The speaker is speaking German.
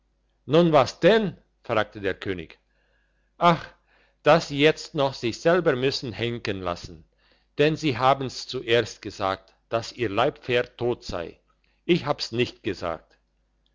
nun was denn fragte der könig ach dass sie jetzt noch sich selber müssen henken lassen denn sie haben's zuerst gesagt dass ihr leibpferd tot sei ich hab's nicht gesagt